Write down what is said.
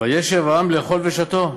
"וישב העם לאכל ושתו".